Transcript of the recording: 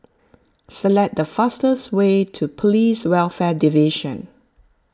select the fastest way to Police Welfare Division